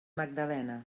magdalena